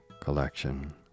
collection